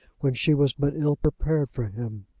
when she was but ill-prepared for him.